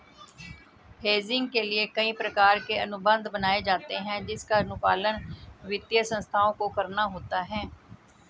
hedging के लिए कई प्रकार के अनुबंध बनाए जाते हैं जिसका अनुपालन वित्तीय संस्थाओं को करना होता है